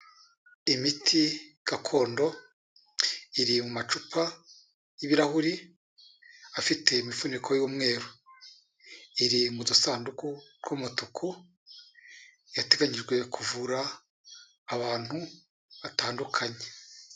Imiti gakondo, iri mu macupa y'ibirahuri, afite imifuniko y'umweru, iri mu dusanduku tw'umutuku, yateganyijwe kuvura abantu batandukanye.